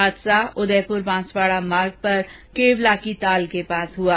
हादसा उदयपूर बांसवाडा मार्ग पर केवला की ताल के पास हुआ